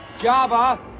Java